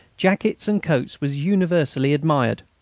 jackets, and coats was universally admired.